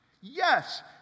Yes